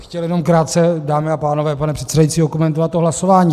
Chtěl bych jenom krátce, dámy a pánové, pane předsedající, okomentovat to hlasování.